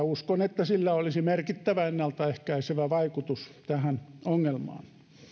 uskon että sillä olisi merkittävä ennalta ehkäisevä vaikutus tähän ongelmaan